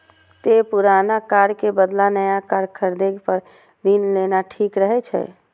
तें पुरान कार के बदला नया कार खरीदै पर ऋण लेना ठीक रहै छै